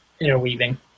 interweaving